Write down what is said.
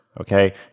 Okay